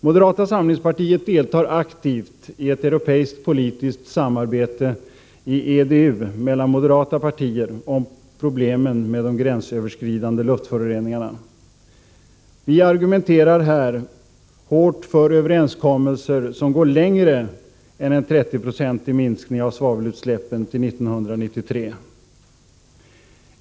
Moderata samlingspartiet deltar aktivt i ett europeiskt politiskt samarbete i EDU mellan moderata partier om problemen med de gränsöverskridande luftföroreningarna. Vi argumenterar här hårt för överenskommelser som går längre än till en 30-procentig minskning av svavelutsläppen till 1993.